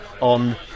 on